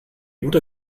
guter